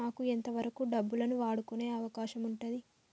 నాకు ఎంత వరకు డబ్బులను వాడుకునే అవకాశం ఉంటది?